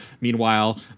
Meanwhile